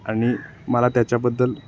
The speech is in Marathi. आणि मला त्याच्याबद्दल